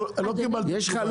לא קיבלתי תשובה.